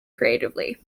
creatively